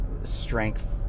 strength